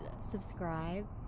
subscribe